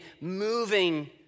moving